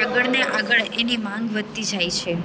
આગળને આગળ એની માંગ વધતી જાય છે